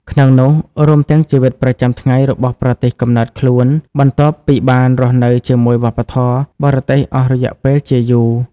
ក្នុងនោះ រួមទាំងជីវិតប្រចាំថ្ងៃរបស់ប្រទេសកំណើតខ្លួន បន្ទាប់ពីបានរស់នៅជាមួយវប្បធម៌បរទេសអស់រយៈពេលជាយូរ។